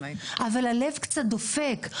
אבל הלב קצת דופק,